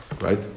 right